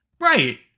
Right